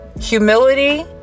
Humility